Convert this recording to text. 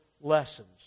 lessons